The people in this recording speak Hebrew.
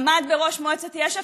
עמד בראש מועצת יש"ע,